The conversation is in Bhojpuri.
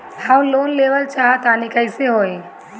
हम लोन लेवल चाह तानि कइसे होई?